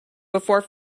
before